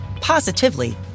positively